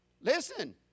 Listen